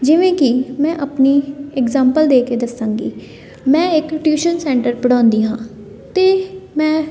ਜਿਵੇਂ ਕਿ ਮੈਂ ਆਪਣੀ ਇਗਜਾਮਪਲ ਦੇ ਕੇ ਦੱਸਾਂਗੀ ਮੈਂ ਇੱਕ ਟਿਊਸ਼ਨ ਸੈਂਟਰ ਪੜ੍ਹਾਉਂਦੀ ਹਾਂ ਅਤੇ ਮੈਂ